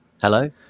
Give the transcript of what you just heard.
hello